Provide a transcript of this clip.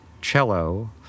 cello